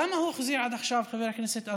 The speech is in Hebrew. כמה הוא החזיר עד עכשיו, חבר הכנסת אזולאי?